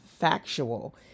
factual